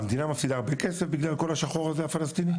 המדינה מפסידה הרבה כסף בגלל כל השחור הפלסטיני הזה?